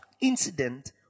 incident